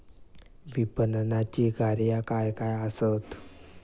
विपणनाची कार्या काय काय आसत?